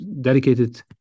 dedicated